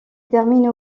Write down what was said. termine